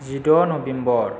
जिद' नभेम्बर